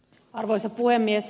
arvoisa puhemies